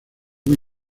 muy